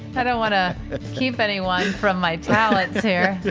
i don't want to keep anyone from my talents here